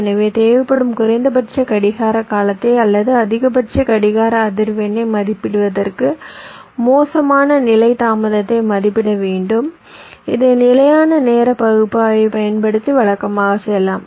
எனவே தேவைப்படும் குறைந்தபட்ச கடிகார காலத்தை அல்லது அதிகபட்ச கடிகார அதிர்வெண்ணை மதிப்பிடுவதற்கு மோசமான நிலை தாமதத்தை மதிப்பிட வேண்டும் இது நிலையான நேர பகுப்பாய்வைப் பயன்படுத்தி வழக்கமாக செய்யலாம்